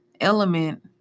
element